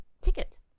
ticket